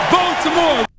Baltimore